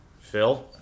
Phil